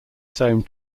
same